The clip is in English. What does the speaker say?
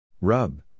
Rub